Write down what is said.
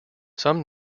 some